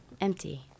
empty